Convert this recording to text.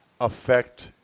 affect